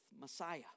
Messiah